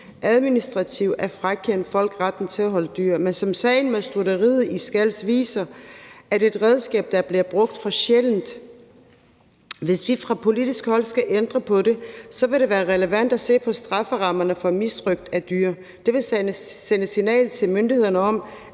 administrativt at frakende folk retten til at holde dyr. Men som sagen om stutteriet i Skals viser, er det et redskab, der bliver brugt for sjældent. Hvis vi fra politisk hold skal ændre på det, vil det være relevant at se på strafferammerne for misrøgt af dyr. Det vil sende et signal til myndighederne om,